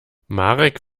marek